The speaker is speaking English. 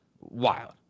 Wild